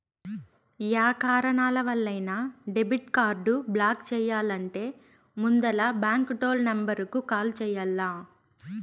yeah కారణాలవల్లైనా debit card block చెయ్యాలంటే ముందల బాంకు టోల్ నెంబరుకు కాల్ చెయ్యాల్ల